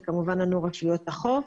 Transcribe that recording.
זה כמובן ענו רשויות החוף.